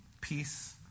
peace